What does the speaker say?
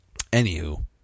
anywho